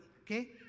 okay